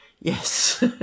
Yes